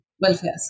welfare